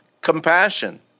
compassion